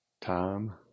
time